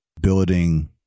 building